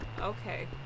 Okay